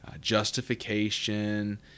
justification